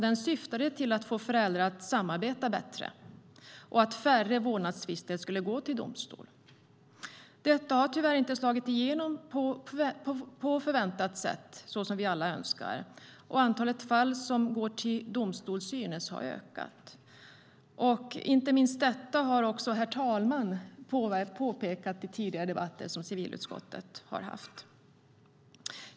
Den syftade till att få föräldrar att samarbeta bättre och att färre vårdnadstvister skulle gå till domstol. Detta har tyvärr inte slagit igenom på förväntat sätt, så som vi alla önskar, och antalet fall som går till domstol synes ha ökat. Inte minst detta har också tredje vice talmannen påpekat i tidigare debatter som civilutskottet har haft.